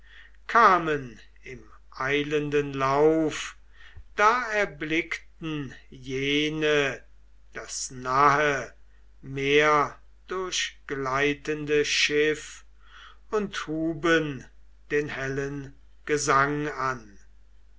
kamen im eilenden lauf da erblickten jene das nahe meerdurchgleitende schiff und huben den hellen gesang an